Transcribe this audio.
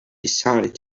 decided